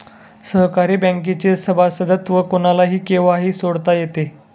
सहकारी बँकेचे सभासदत्व कोणालाही केव्हाही सोडता येते